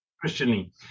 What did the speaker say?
Christianly